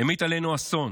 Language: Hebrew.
המיט עלינו אסון,